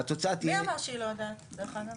מי אמר שהיא לא יודעת דרך אגב?